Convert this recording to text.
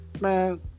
man